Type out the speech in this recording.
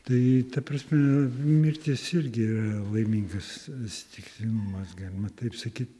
tai ta prasme mirtis irgi yra laimingas atsitiktinumas galima taip sakyt